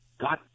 God